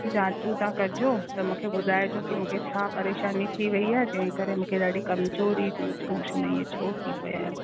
जांचूं तव्हां कजो पोइ मूंखे ॿुधाइजो की मूंखे छा परेशानी थी वई आहे जंहिंजे करे मूंखे ॾाढी कमज़ोरी लूजमोशन इहे छो थी पिया आहिनि